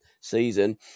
season